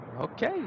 Okay